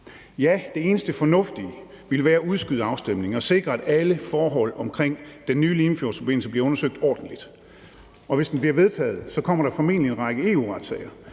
Ja, det eneste fornuftige ville være at udskyde afstemningen og sikre, at alle forhold omkring den nye Limfjordsforbindelse bliver undersøgt ordentligt, og hvis den bliver vedtaget, kommer der formentlig en række EU-retsager,